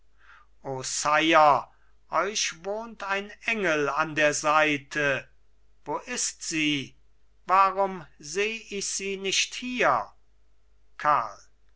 euch wohnt ein engel an der seite wo ist sie warum seh ich sie nicht hier karl